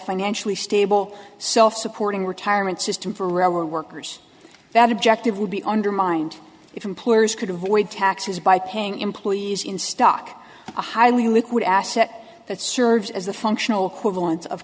financially stable so if supporting retirement system for our workers that objective would be undermined if employers could avoid taxes by paying employees in stock a highly liquid asset that serves as the functional equivalent of